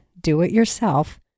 Do-It-Yourself